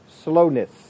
slowness